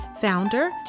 Founder